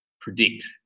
predict